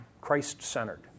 Christ-centered